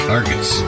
Argus